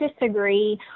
disagree